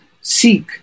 seek